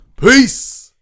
Peace